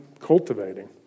cultivating